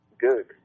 Good